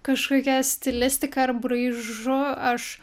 kažkokia stilistika ir braižu aš